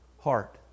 heart